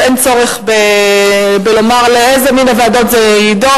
אין צורך לומר באיזו מן הוועדות זה יידון.